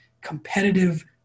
competitive